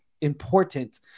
important